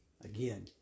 Again